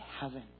heaven